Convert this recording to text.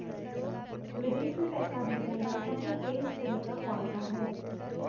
विदेश में पैसा भेजने का सबसे तेज़ तरीका कौनसा है?